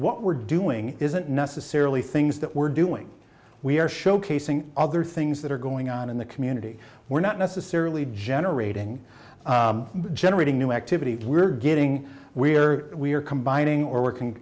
what we're doing isn't necessarily things that we're doing we're showcasing other things that are going on in the community we're not necessarily generating generating new activity we're getting we're we're combining or working